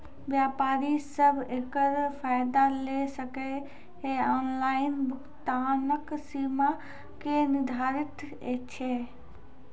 व्यापारी सब एकरऽ फायदा ले सकै ये? ऑनलाइन भुगतानक सीमा की निर्धारित ऐछि?